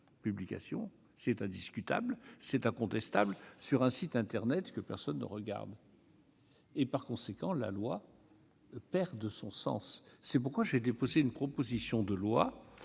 publication soit en réalité diffusée sur un site internet que personne ne regarde. Par conséquent, la loi perd de son sens. C'est pourquoi j'ai déposé une proposition de loi